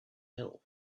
hill